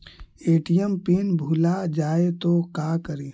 ATM PIN भुला जाए तो का करी?